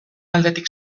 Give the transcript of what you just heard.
aldetik